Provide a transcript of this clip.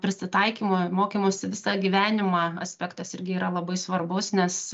prisitaikymo mokymosi visą gyvenimą aspektas irgi yra labai svarbus nes